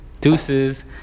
Deuces